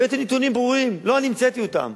הבאתי נתונים ברורים לא אני המצאתי אותם.